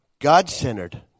God-centered